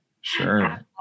Sure